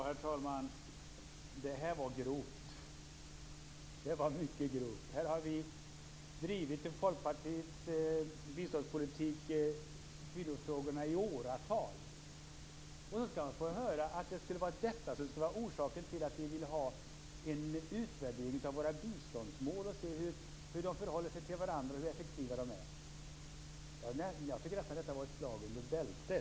Herr talman! Det där var grovt. Det var mycket grovt. Här har vi från Folkpartiet drivit kvinnofrågorna i biståndspolitiken i åratal. Sedan skall man få höra att det skulle vara detta som är orsaken till att vi vill ha en utvärdering av våra biståndsmål för att se hur de förhåller sig till varandra och hur effektiva de är. Jag tycker nästan att det var ett slag under bältet.